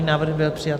Návrh byl přijat.